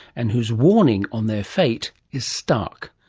and whose warning on their fate is stark.